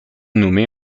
nommée